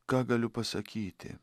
ką galiu pasakyti